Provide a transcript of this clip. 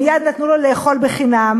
מייד נתנו לו לאכול בחינם,